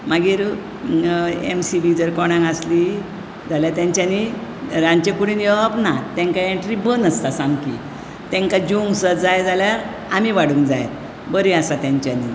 मागीर M C B जर कोणाक आसली जाल्यार तेंच्यानी रांदचेकुडींत येवप ना तेंकां एंट्री बंद आसता सामकी तेंकां जेवंक सुद्दां जाय जाल्यार आमी वाडूंक जाय बरें आसा तेंच्यानी